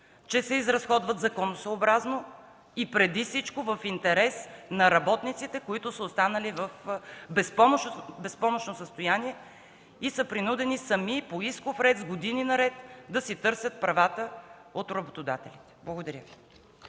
че се разходват законосъобразно и преди всичко – в интерес на работниците, останали в безпомощно състояние, принудени сами по исков ред години наред да търсят правата си от работодателите. Благодаря Ви.